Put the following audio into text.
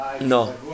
No